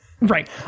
Right